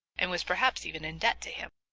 and was perhaps even in debt to him,